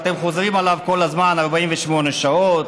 ואתם חוזרים עליו כל הזמן: 48 שעות,